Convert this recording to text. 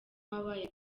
wabaye